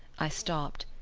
i stopped.